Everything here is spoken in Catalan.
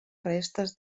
restes